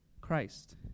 Christ